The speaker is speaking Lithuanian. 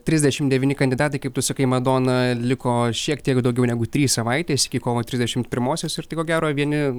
trisdešimt devyni kandidatai kaip tu sakai madona liko šiek tiek daugiau negu trys savaitės iki kovo trisdešimt pirmosios ir tai ko gero vieni